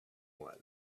was